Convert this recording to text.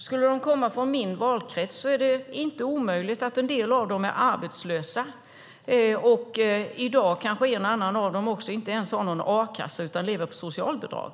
Skulle de komma från min valkrets är det inte omöjligt att en del av dem är arbetslösa, och en och annan av dem kanske inte ens har någon a-kassa i dag utan lever på socialbidrag.